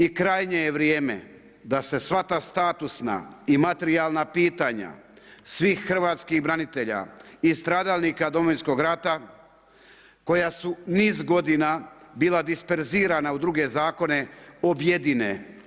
I krajnje je vrijeme, da se sva ta statusna i materijalna pitanja svih hrvatskih branitelja i stradalnika Domovinskog rata, koja su niz godina, bila disperzirana u druge zakone objedine.